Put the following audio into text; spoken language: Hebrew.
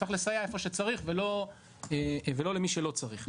צריך לסייע איפה שצריך ולא למי שלא צריך.